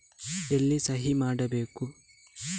ಎಲ್ಲಿ ಸಹಿ ಮಾಡಬೇಕು?